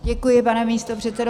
Děkuji, pane místopředsedo.